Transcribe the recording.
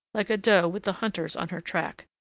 like a doe with the hunters on her track.